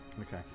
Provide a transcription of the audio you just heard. okay